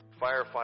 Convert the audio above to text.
firefighter